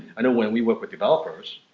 i know when we work with developers,